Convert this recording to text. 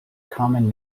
common